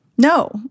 No